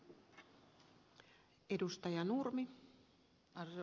arvoisa puhemies